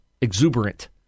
exuberant